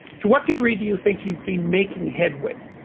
to what degree do you think you've been making headway?